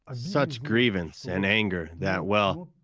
ah such grievance and anger that, well,